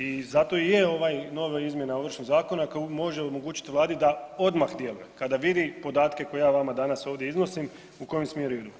I zato i je ova nova izmjena Ovršnog zakona koja može omogućiti Vladi da odmah djeluje, kada vidi podatke koje ja vama danas ovdje iznosim u kojem smjeru idu.